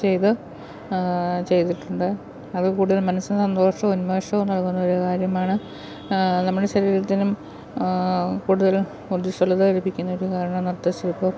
ചെയ്ത് ചെയ്തിട്ടുണ്ട് അത് കൂടുതലും മനസ്സിന് സന്തോഷവും ഉന്മേഷവും നൽകുന്നൊരു കാര്യമാണ് നമ്മുടെ ശരീരത്തിനും കൂടുതലും ഊർജസ്വലത ലഭിപ്പിക്കുന്നതിനും കാരണം നൃത്ത ശില്പം